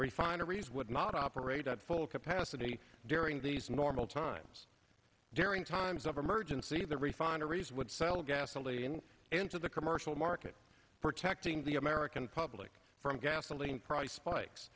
refineries would not operate at full capacity during these normal times during times of emergency the refineries would sell gasoline into the commercial market protecting the american public from gasoline price bikes